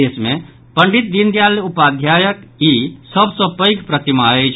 देश मे पंडित दीनदयाल उपाध्यायक ई सभ सँ पैघ प्रतिमा अछि